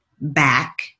back